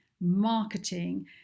marketing